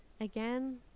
Again